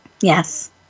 Yes